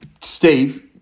Steve